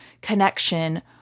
connection